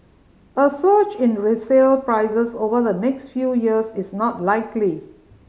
a surge in resale prices over the next few years is not likely